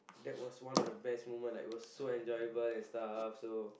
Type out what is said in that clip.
that was one of the best moment like it was so enjoyable and stuff so